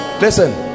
listen